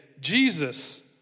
Jesus